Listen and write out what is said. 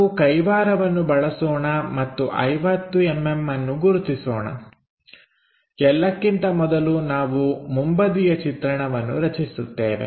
ನಾವು ಕೈವಾರವನ್ನು ಬಳಸೋಣ ಮತ್ತು 50mm ಅನ್ನು ಗುರುತಿಸೋಣ ಎಲ್ಲಕ್ಕಿಂತ ಮೊದಲು ನಾವು ಮುಂಬದಿಯ ಚಿತ್ರಣವನ್ನು ರಚಿಸುತ್ತೇವೆ